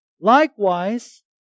Likewise